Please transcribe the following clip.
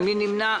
מי נמנע?